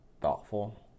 thoughtful